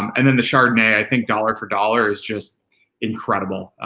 and then the chardonnay, i think dollar for dollar is just incredible.